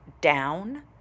down